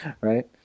Right